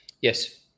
Yes